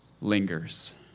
lingers